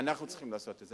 אנחנו צריכים לעשות את זה.